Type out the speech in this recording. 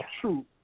true